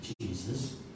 Jesus